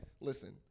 listen